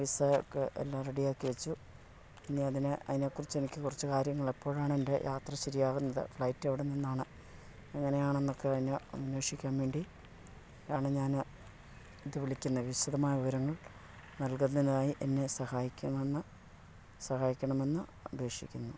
visa ഒക്കെ എല്ലാം റെഡിയാക്കി വെച്ചു പിന്നെയതിന് അതിനെക്കുറിച്ച് എനിക്ക് കുറച്ച് കാര്യങ്ങൾ എപ്പോഴാണെൻ്റെ യാത്ര ശരിയാകുന്നത് ഫ്ലൈറ്റ് എവിടെ നിന്നാണ് എങ്ങനെയാണെന്നൊക്കെ അന്വേഷിക്കാൻ വേണ്ടി ആണ് ഞാൻ ഇത് വിളിക്കുന്നത് വിശദമായ വിവരങ്ങൾ നൽകുന്നതിനായി എന്നെ സഹായിക്കുമെന്ന് സഹായിക്കണമെന്ന് അപേക്ഷിക്കുന്നു